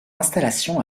installation